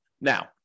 Now